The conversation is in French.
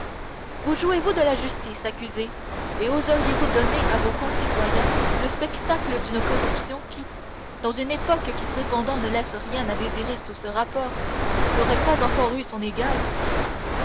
vous jouez-vous de la justice accusé et oseriez-vous donner à vos concitoyens le spectacle d'une corruption qui dans une époque qui cependant ne laisse rien à désirer sous ce rapport n'aurait pas encore eu son égale